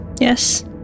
Yes